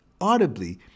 audibly